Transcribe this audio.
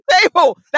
table